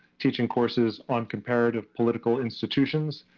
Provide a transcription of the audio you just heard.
teaching courses on comparative political institutions,